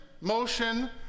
motion